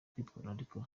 kwitwararika